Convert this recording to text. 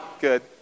Good